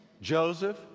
Joseph